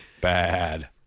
Bad